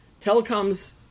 telecoms